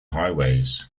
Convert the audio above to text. highways